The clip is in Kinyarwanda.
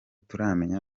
turamenya